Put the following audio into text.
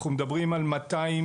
אנחנו מדברים על 240